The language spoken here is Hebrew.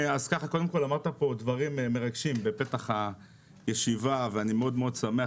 אז קודם כל אמרת פה דברים מרגשים בפתח הישיבה ואני מאוד מאוד שמח